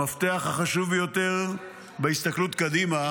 המפתח החשוב ביותר בהסתכלות קדימה